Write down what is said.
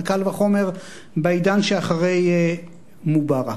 וקל וחומר בעידן שאחרי מובארק.